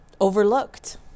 overlooked